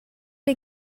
les